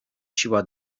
siła